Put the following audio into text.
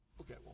Okay